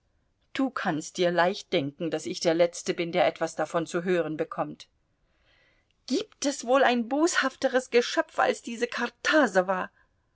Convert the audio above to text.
du kannst dir leicht denken daß ich der letzte bin der etwas davon zu hören bekommt gibt es wohl ein boshafteres geschöpf als diese kartasowa